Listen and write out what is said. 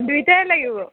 দুয়োটাই লাগিব